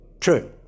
True